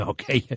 Okay